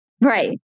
Right